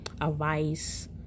advice